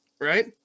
right